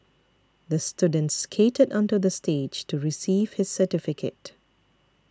the student skated onto the stage to receive his certificate